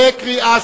בקריאה שלישית.